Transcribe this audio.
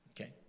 Okay